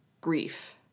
grief